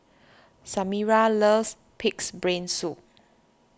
Samira loves Pig's Brain Soup